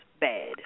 bad